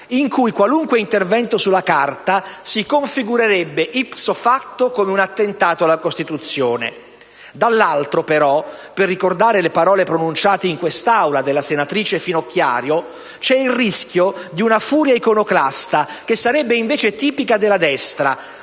in cui qualunque intervento sulla Carta si configurerebbe *ipso facto* come un attentato alla Costituzione. Dall'altro, per ricordare le parole pronunciate in quest'Aula dalla senatrice Finocchiaro, c'è il rischio di una furia iconoclasta, che sarebbe invece tipica della destra,